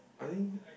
I think